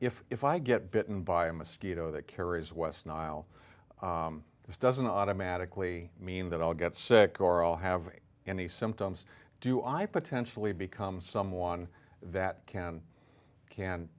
if if i get bitten by a mosquito that carries west nile this doesn't automatically mean that i'll get sick coral have any symptoms do i potentially become someone that can can